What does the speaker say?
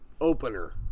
opener